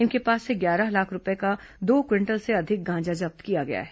इनके पास से ग्यारह लाख रूपये का दो क्विंटल से अधिक गांजा जब्त किया गया है